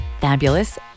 Fabulous